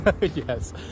yes